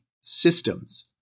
systems